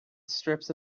strips